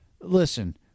Listen